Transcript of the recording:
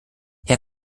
herr